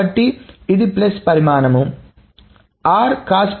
కాబట్టి ఇది ప్లస్ పరిమాణం r